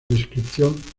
descripción